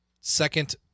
Second